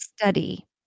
study